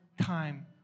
time